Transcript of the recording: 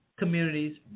communities